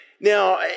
Now